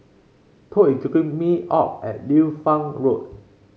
Tod is dropping me off at Liu Fang Road